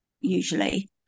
usually